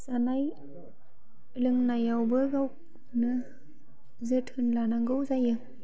जानाय लोंनायावबो गावखौनो जोथोन लानांगौ जायो